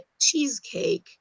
cheesecake